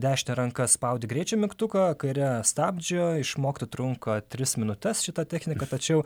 dešine ranka spaudi greičio mygtuką kaire stabdžio išmokti trunka tris minutes šitą techniką tačiau